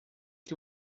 que